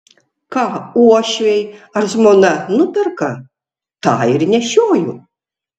ką uošviai ar žmona nuperka tą ir nešioju